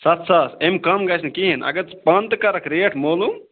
سَتھ ساس اَمہِ کَم گژھِ نہٕ کِہیٖنٛۍ اگر ژٕ پانہٕ تہِ کَرَکھ ریٹ معلوٗم